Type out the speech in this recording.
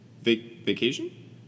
Vacation